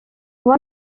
one